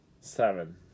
Seven